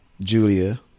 Julia